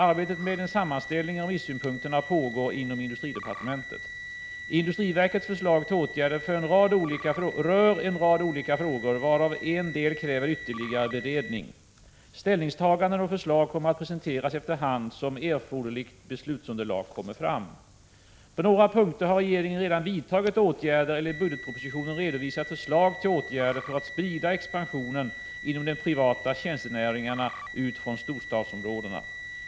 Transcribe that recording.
Arbetet med en sammanställning av remissynpunkterna pågår inom industridepartementet. Industriverkets förslag till åtgärder rör en rad olika frågor, varav en del kräver ytterligare beredning. Ställningstaganden och förslag kommer att presenteras efter hand som erforderligt beslutsunderlag kommer fram. På några punkter har regeringen redan vidtagit åtgärder eller i budgetpropositionen redovisat förslag till åtgärder för att sprida expansionen inom de privata tjänstenäringarna ut från storstadsområdena.